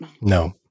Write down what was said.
No